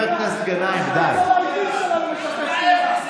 אתה אפס.